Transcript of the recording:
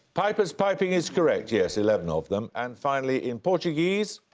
pipers piping is correct, yes. eleven of them. and finally, in portuguese.